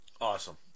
Awesome